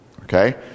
okay